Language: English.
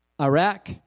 Iraq